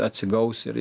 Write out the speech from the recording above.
atsigaus ir